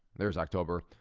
there's october.